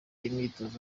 imyitozo